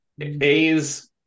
A's